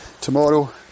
tomorrow